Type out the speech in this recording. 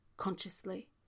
consciously